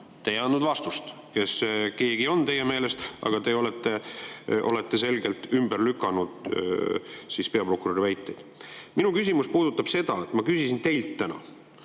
Te ei andnud vastust, kes see keegi teie meelest on, aga te olete selgelt ümber lükanud peaprokuröri väited. Minu küsimus puudutab seda. Ma küsisin teilt täna,